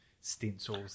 stencils